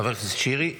חבר הכנסת שירי.